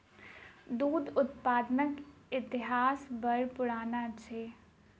दूध उत्पादनक इतिहास बड़ पुरान अछि